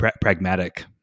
pragmatic